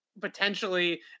potentially